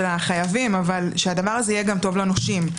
החייבים אבל שהדבר הזה יהיה טוב לנושים.